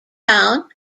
town